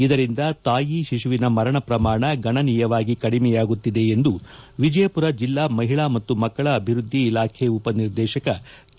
ಇದರಿಂದ ತಾಯಿ ಶಿಶುವಿನ ಮರಣ ಪ್ರಮಾಣ ಗಣನೀಯವಾಗಿ ಕಡಿಮೆಯಾಗುತ್ತಿದೆ ಎಂದು ವಿಜಯಪುರ ಜಿಲ್ಲಾ ಮಹಿಳಾ ಮತ್ತು ಮಕ್ಕಳ ಅಭಿವೃದ್ಧಿ ಇಲಾಖೆ ಉಪನಿರ್ದೇಶಕ ಕೆ